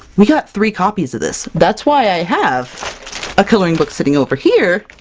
we got three copies of this! that's why i have a coloring book sitting over here,